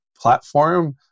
platform